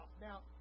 Now